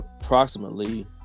approximately